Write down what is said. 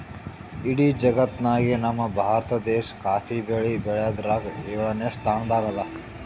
ಇಡೀ ಜಗತ್ತ್ನಾಗೆ ನಮ್ ಭಾರತ ದೇಶ್ ಕಾಫಿ ಬೆಳಿ ಬೆಳ್ಯಾದ್ರಾಗ್ ಯೋಳನೆ ಸ್ತಾನದಾಗ್ ಅದಾ